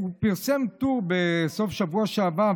הוא פרסם טור בסוף השבוע שעבר,